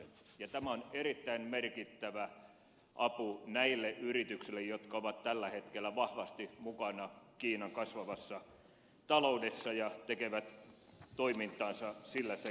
tämä on erittäin merkittävä apu näille yrityksille jotka ovat tällä hetkellä vahvasti mukana kiinan kasvavassa taloudessa ja tekevät toimintaansa sillä sektorilla